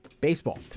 baseball